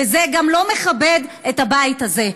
וזה גם לא מכבד את הבית הזה.